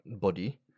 body